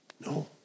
No